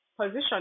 position